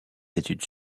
études